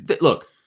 Look